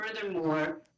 Furthermore